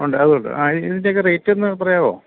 ഉണ്ട് അതുണ്ട് അ ഇതിൻ്റെയൊക്കെ റേറ്റൊന്ന്ു പറയാമോ